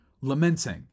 lamenting